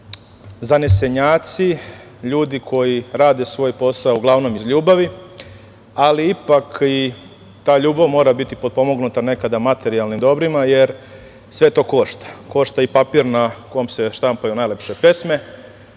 zanesenjaci, ljudi koji rade svoj posao uglavnom iz ljubavi, ali ipak i ta ljubav mora biti potpomognuta nekada materijalnim dobrima, jer sve to košta, košta i papir na kom se štampaju najlepše pesme,